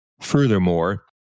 Furthermore